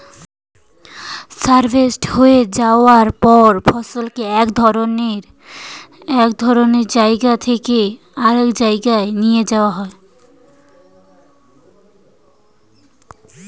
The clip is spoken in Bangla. হার্ভেস্ট হয়ে যাওয়ার পর ফসলকে এক জায়গা থেকে আরেক জায়গায় নিয়ে যাওয়া হয়